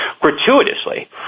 gratuitously